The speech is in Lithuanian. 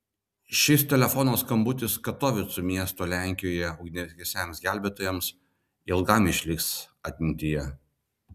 šis telefono skambutis katovicų miesto lenkijoje ugniagesiams gelbėtojams ilgam išliks atmintyje